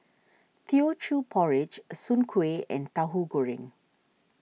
Teochew Porridge Soon Kway and Tahu Goreng